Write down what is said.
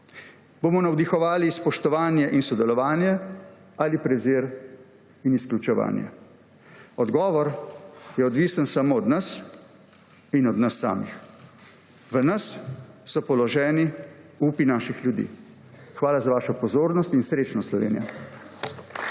bomo navdihovali spoštovanje in sodelovanje ali prezir in izključevanje? Odgovor je odvisen samo od nas in od nas samih. V nas so položeni upi naših ljudi. Hvala za vašo pozornost in srečno Slovenija.